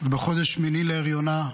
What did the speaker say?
בחודש שמיני להריונה,